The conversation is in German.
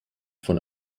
von